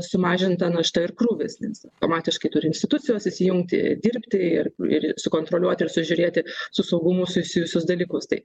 sumažinta našta ir krūvis nes automatiškai turi institucijos įsijungti dirbti ir ir sukontroliuoti ir sužiūrėti su saugumu susijusius dalykus tai